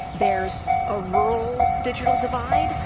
there's a rural digital divide,